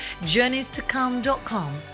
journeystocome.com